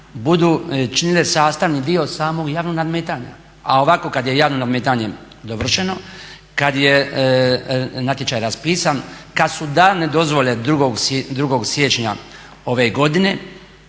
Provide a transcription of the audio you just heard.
budu činile sastavni dio samog javnog nadmetanja, a ovako kad je javno nadmetanje dovršeno, kad je natječaj raspisan, kad su dane dozvole 2.siječnja ove godine